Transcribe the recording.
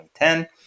2010